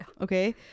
okay